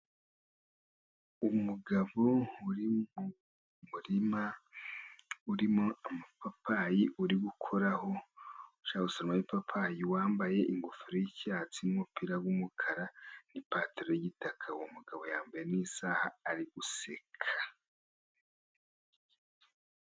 Umugabo uri mu murima urimo amapapayi, uri gukoraho, ushaka gusoromamo ibipapayi wambaye ingofero y'icyatsi, n'umupira w'umukara n'ipantaro y'igitaka, umugabo yambaye n'isaha ari guseka.